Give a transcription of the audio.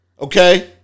Okay